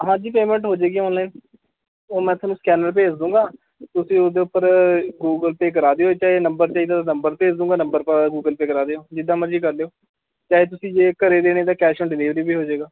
ਹਾਂਜੀ ਪੈਮੇਂਟ ਹੋ ਜੇਗੀ ਔਨਲਾਈਨ ਉਹ ਮੈਂ ਤੁਹਾਨੂੰ ਸਕੈਨਰ ਭੇਜ ਦੂੰਗਾ ਤੁਸੀਂ ਉਹਦੇ ਉੱਪਰ ਗੂਗਲ ਪੇ ਕਰਾ ਦਿਓ ਚਾਹੇ ਨੰਬਰ ਦੇ ਦਿਉ ਨੰਬਰ ਭੇਜ ਦੂੰਗਾ ਨੰਬਰ ਪਰ ਗੂਗਲ ਪੇ ਕਰਾ ਦਿਓ ਜਿੱਦਾਂ ਮਰਜ਼ੀ ਕਰ ਲਿਓ ਚਾਹੇ ਤੁਸੀਂ ਜੇ ਘਰ ਦੇਣੇ ਤਾਂ ਕੈਸ਼ ਆਨ ਡਿਲੇਵਰੀ ਵੀ ਹੋ ਜੇਗਾ